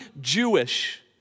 Jewish